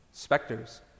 Specters